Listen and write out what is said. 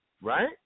right